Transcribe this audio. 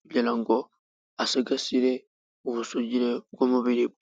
kugira ngo asigasire ubusugire bw'umubiri we.